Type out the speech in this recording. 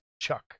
chuck